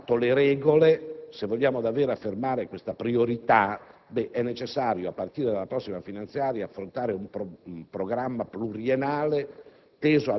Fatte le regole, se vogliamo davvero affermare tale priorità, è necessario a partire dalla prossima finanziaria, affrontare un programma pluriennale,